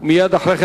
מייד אחרי כן